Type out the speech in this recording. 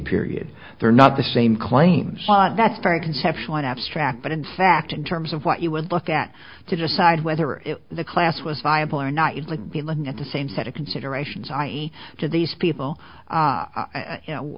period they're not the same claims but that's very conceptual and abstract but in fact in terms of what you would look at to decide whether the class was viable or not you'd like to be looking at the same set of considerations i e to these people